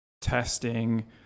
testing